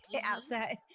outside